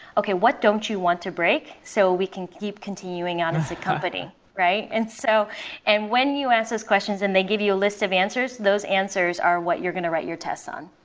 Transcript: okay. what don't you want to break? so we can keep continuing on this company. and so and when you ask those questions and they give you a list of answers, those answers are what you're going to write your tests on,